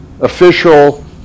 official